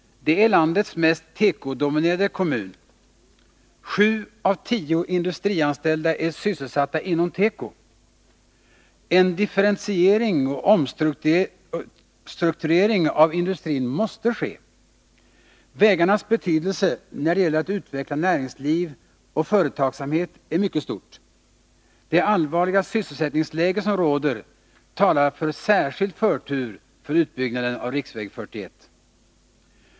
Det är landets mest tekodominerade kommun. Sju av tio industrianställda är sysselsatta inom teko. En differentiering och omstrukturering av industrin måste ske. Vägarnas betydelse när det gäller att utveckla näringsliv och företagsamhet är mycket stor. Det allvarliga sysselsättningsläge som råder talar för särskild förtur för utbyggnaden av riksväg 41.